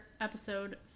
episode